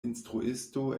instruisto